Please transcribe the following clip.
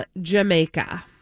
Jamaica